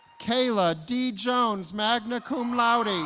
cayla d. jones magna cum laude